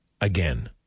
again